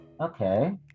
Okay